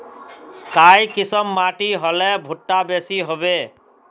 काई किसम माटी होले भुट्टा बेसी होबे?